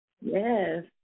Yes